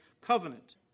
Covenant